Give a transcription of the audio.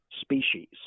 species